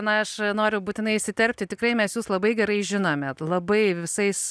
na aš noriu būtinai įsiterpti tikrai mes jus labai gerai žinome labai visais